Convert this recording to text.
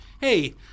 Hey